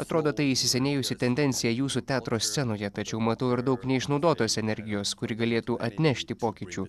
atrodo tai įsisenėjusi tendencija jūsų teatro scenoje tačiau matau ir daug neišnaudotos energijos kuri galėtų atnešti pokyčių